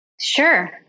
Sure